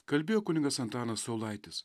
kalbėjo kunigas antanas saulaitis